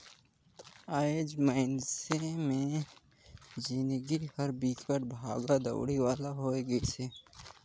आएज मइनसे मे जिनगी हर बिकट भागा दउड़ी वाला होये गइसे